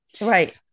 Right